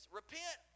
repent